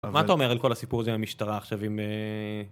מה אתה אומר על כל הסיפור הזה עם המשטרה עכשיו עם...